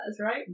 right